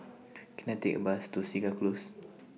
Can I Take A Bus to Segar Close